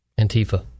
Antifa